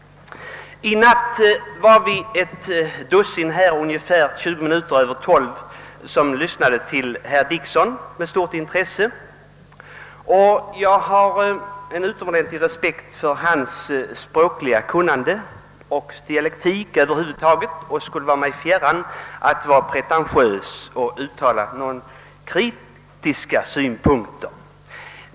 I natt var vi kl. 0.20 ett dussintal ledamöter, som med stort intresse lyssnade till herr Dickson. Jag har en ut omordentlig respekt för herr Dicksons språkliga kunnande och för hans dialektik över huvud taget. Det skulle vara mig fjärran att vara pretentiös och uttala några kritiska synpunkter.